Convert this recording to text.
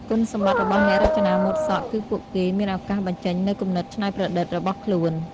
គុណសម្បត្តិរបស់អ្នករចនាម៉ូដសក់គឺពួកគេមានឱកាសបញ្ចេញនូវគំនិតច្នៃប្រឌិតរបស់ខ្លួន។